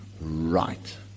right